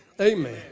Amen